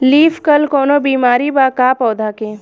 Leaf curl कौनो बीमारी बा का पौधा के?